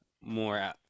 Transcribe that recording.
more